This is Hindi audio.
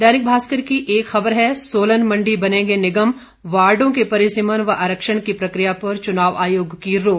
दैनिक भास्कर की एक खबर है सोलन मंडी बनेंगे निगम वार्डो के परिसीमन व आरक्षण की प्रकिया पर चुनाव आयोग की रोक